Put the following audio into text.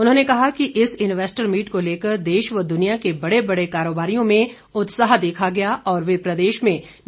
उन्होंने कहा कि इस इन्वेस्टर मीट को लेकर देश व दुनिया के बड़े बड़े कारोबारियों में उत्साह देखा गया और वे प्रदेश में निवेश के इच्छुक हैं